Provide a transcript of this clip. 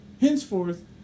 Henceforth